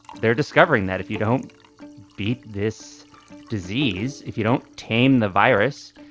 they're discovering that if you don't beat this disease, if you don't tame the virus,